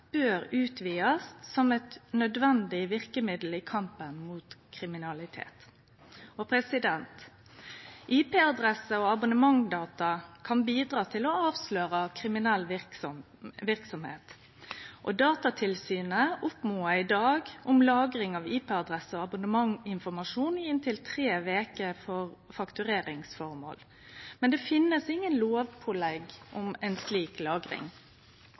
bør utvidast som eit nødvendig verkemiddel i kampen mot kriminalitet. IP-adresser og abonnentdata kan bidra til å avsløre kriminell verksemd. Datatilsynet oppmodar i dag om lagring av IP-adresser og abonnentinformasjon i inntil tre veker for faktureringsføremål, men det finst ingen lovpålegg om slik lagring.